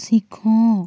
सीखो